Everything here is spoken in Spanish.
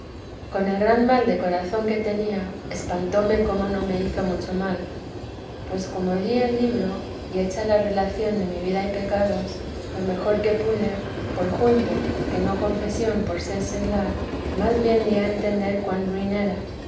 con el gran mal de corazón que tenía espantóme cómo no me hizo mucho mal pues como di el libro y hecha la relación de mi vida y pecados lo mejor que pude por junto que no confesión por ser seglar mas bien di a entender cuan